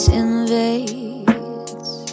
invades